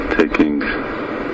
taking